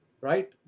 right